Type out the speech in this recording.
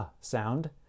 sound